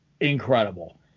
incredible